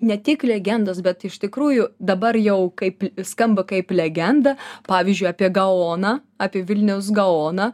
ne tik legendos bet iš tikrųjų dabar jau kaip skamba kaip legenda pavyzdžiui apie gaoną apie vilniaus gaoną